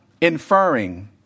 inferring